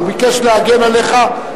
הוא ביקש להגן עליך.